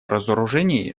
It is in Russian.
разоружении